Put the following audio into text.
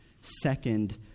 Second